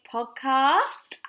Podcast